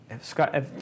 Scott